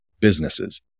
businesses